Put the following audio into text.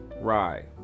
rye